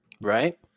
Right